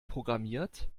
programmiert